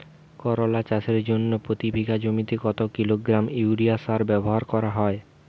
করলা চাষের জন্য প্রতি বিঘা জমিতে কত কিলোগ্রাম ইউরিয়া সার ব্যবহার করা হয়?